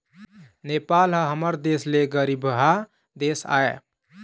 नेपाल ह हमर देश ले गरीबहा देश आय